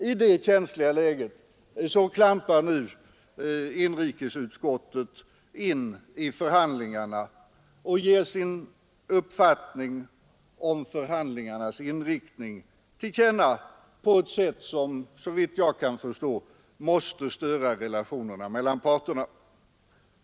I detta känsliga läge klampar nu inrikesutskottet in i förhandlingarna och ger sin uppfattning om förhandlingarnas inriktning till känna på ett sätt som, såvitt jag kan förstå, måste störa relationerna mellan parterna.